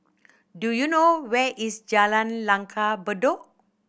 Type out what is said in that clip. do you know where is Jalan Langgar Bedok